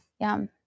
Yum